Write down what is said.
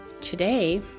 today